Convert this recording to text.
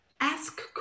ask